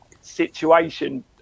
situation